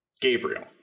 Gabriel